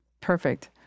Perfect